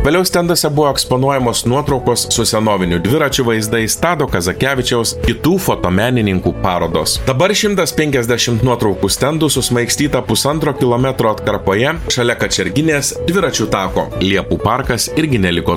vėliau stenduose buvo eksponuojamos nuotraukos su senovinių dviračių vaizdais tado kazakevičiaus kitų fotomenininkų parodos dabar šimtas penkiasdešim nuotraukų stendų susmaigstyta pusantro kilometro atkarpoje šalia kačerginės dviračių tako liepų parkas irgi neliko